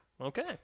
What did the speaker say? Okay